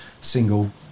single